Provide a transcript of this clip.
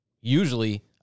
usually